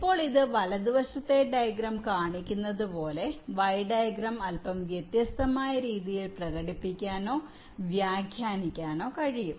ഇപ്പോൾ ഇത് വലതുവശത്തെ ഡയഗ്രം കാണിക്കുന്നതുപോലെ വൈ ഡയഗ്രം അല്പം വ്യത്യസ്തമായ രീതിയിൽ പ്രകടിപ്പിക്കാനോ വ്യാഖ്യാനിക്കാനോ കഴിയും